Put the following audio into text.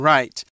Right